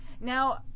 Now